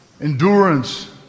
endurance